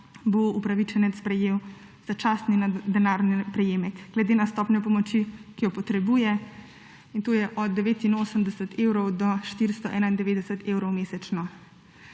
bo upravičenec prejel začasni denarni prejemek glede na stopnjo pomoči, ki jo potrebuje, in to je od 89 do 491 evrov mesečno.